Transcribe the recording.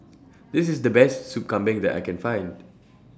This IS The Best Sup Kambing that I Can Find